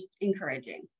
encouraging